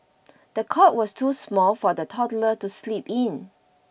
the cot was too small for the toddler to sleep in